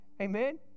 Amen